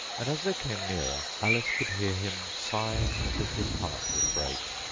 and, as they came nearer, alice could hear him sighing as if his heart would break.